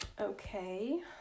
Okay